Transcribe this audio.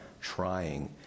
trying